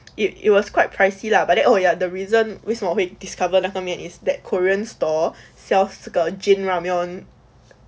it it was quite pricey lah but that oh ya the reason 为什么会 discovered 那个面是 that korean store sells 这个 jin ramyeon